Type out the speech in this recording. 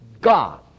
God